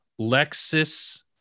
lexus